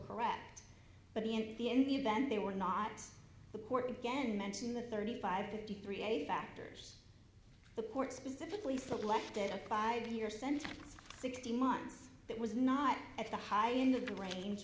correct but the in the in the event they were not the court again mentioned the thirty five fifty three eighty factors the court specifically selected a five year sentence sixteen months that was not at the high end of the range